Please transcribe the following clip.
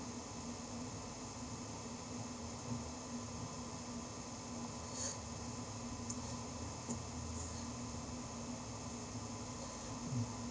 mm